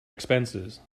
expenses